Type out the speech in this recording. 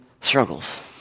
struggles